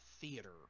Theater